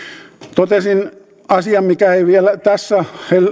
totesin asian mikä ei vielä tässä